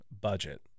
budget